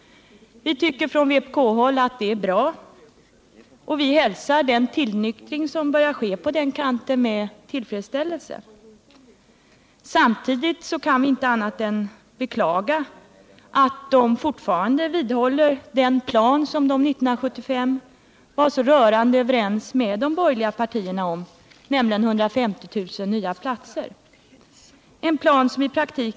Vi tycker från vpk-håll att det är bra, och vi hälsar med tillfredsställelse den tillnyktring som börjar ske på den kanten. Men samtidigt kan vi inte annat än beklaga att socialdemokraterna fortfarande står fast vid den plan som de 1975 var så rörande överens med de borgerliga partierna om, nämligen den plan som omfattade 150 000 nya platser.